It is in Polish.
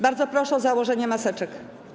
Bardzo proszę o założenie maseczek.